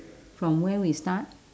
from when we start